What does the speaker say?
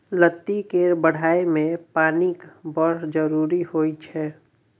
लत्ती केर बढ़य मे पानिक बड़ जरुरी होइ छै